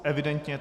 Evidentně.